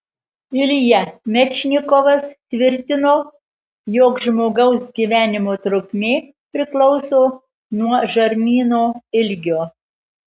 ilja mečnikovas tvirtino jog žmogaus gyvenimo trukmė priklauso nuo žarnyno ilgio